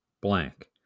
blank